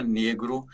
negro